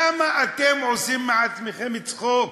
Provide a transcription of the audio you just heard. למה אתם עושים מעצמכם צחוק?